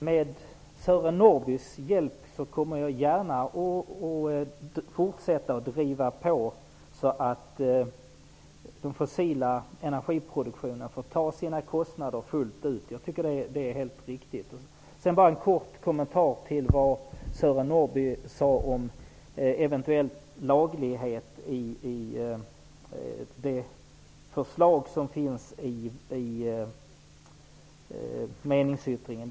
Herr talman! Med Sören Norrbys hjälp kommer jag gärna att fortsätta att driva på, så att den fossila energiproduktionen får ta sina kostnader fullt ut. Jag tycker att det är helt riktigt. Jag har en kort kommentar till det Sören Norrby sade om eventuell laglighet i det förslag som finns i meningsyttringen.